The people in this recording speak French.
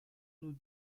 nous